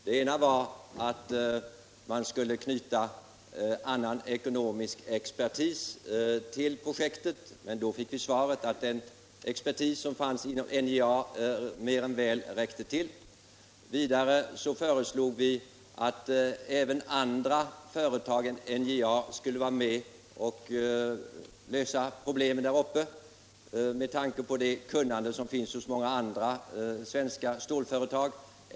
Den ena reservationen innebar att man skulle knyta annan ekonomisk expertis till projektet, men då fick vi svaret att den expertis som fanns inom NJA mer än väl räckte till. Vidare föreslog vi att även andra företag än NJA skulle vara med och lösa problemen där uppe med tanke på det kunnande som finns hos många andra svenska stålföretag.